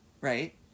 Right